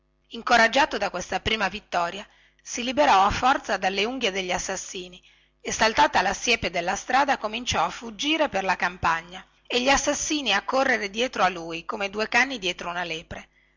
incoraggiato da questa prima vittoria si liberò a forza dalle unghie degli assassini e saltata la siepe della strada cominciò a fuggire per la campagna e gli assassini a correre dietro a lui come due cani dietro una lepre